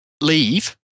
leave